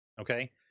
okay